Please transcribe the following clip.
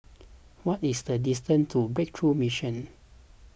what is the distance to Breakthrough Mission